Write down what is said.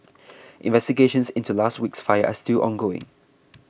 investigations into last week's fire are still ongoing